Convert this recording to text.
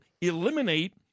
eliminate